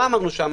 מה אמרנו שם